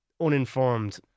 uninformed